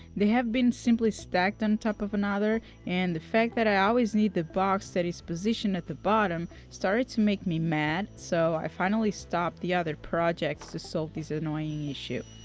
they have been simply stacked on top of another and the fact that i always need the box that is positioned at the bottom, started to make me mad, so i finally stopped the other projects to solve this annoying issue.